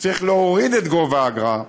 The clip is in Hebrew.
שצריך להוריד את גובה האגרה,